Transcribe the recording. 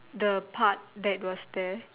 the part that was there